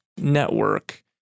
network